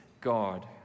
God